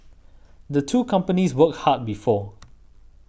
the two companies worked hard before